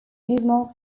vivement